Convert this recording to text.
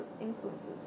influences